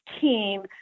team